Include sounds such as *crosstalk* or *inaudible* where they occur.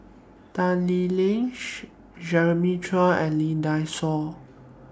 Tan Lee Leng *unintelligible* Jeremiah Choy and Lee Dai Soh